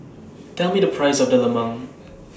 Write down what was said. Tell Me The Price of Lemang